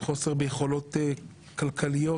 חוסר ביכולות כלכליות,